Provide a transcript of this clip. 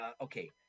okay